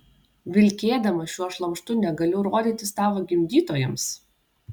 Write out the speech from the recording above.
vilkėdama šiuo šlamštu negaliu rodytis tavo gimdytojams